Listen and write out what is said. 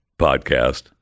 podcast